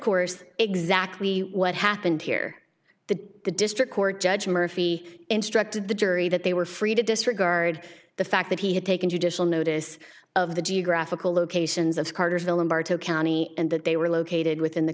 course exactly what happened here the the district court judge murphy instructed the jury that they were free to disregard the fact that he had taken judicial notice of the geographical locations of cartersville in bartow county and that they were located within the